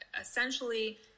essentially